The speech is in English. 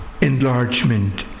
enlargement